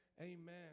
Amen